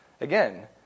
Again